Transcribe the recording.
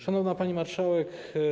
Szanowna Pani Marszałek!